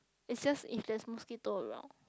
it's just if there is mosquito around